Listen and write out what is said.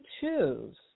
choose